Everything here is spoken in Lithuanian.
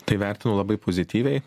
tai vertinu labai pozityviai